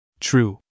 True